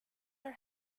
are